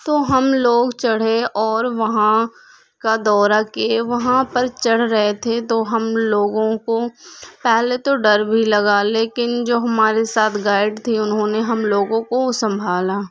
تو ہم لوگ چڑھے اور وہاں کا دورہ کیے وہاں پر چڑھ رہے تھے تو ہم لوگوں کو پہلے تو ڈر بھی لگا لیکن جو ہمارے ساتھ گائیڈ تھے انہوں نے ہم لوگوں کو سنبھالا